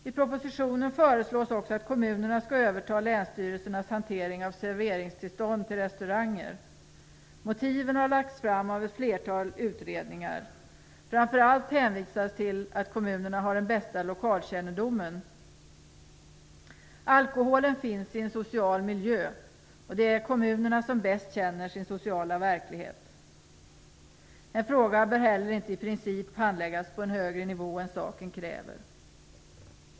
I propositionen föreslås också att kommunerna skall överta länsstyrelsernas hantering av restaurangers serveringstillstånd. Motiven har lagts fram av ett flertal utredningar. Framför allt hänvisas till att kommunerna har den bästa lokalkännedomen. Alkoholen finns i en social miljö, och det är kommunerna som bäst känner sin sociala verklighet. En fråga bör heller inte i princip handläggas på en högre nivå än saken kräver.